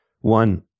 One